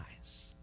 eyes